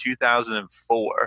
2004